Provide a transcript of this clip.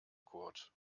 kurt